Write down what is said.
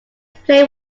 played